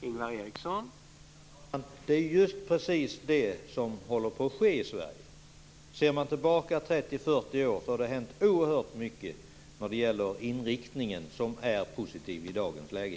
Herr talman! Det är precis detta som håller på att ske i Sverige. Det har skett oerhört mycket under de senaste 30-40 åren vad gäller inriktningen som är positivt i dagens läge.